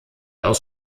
aus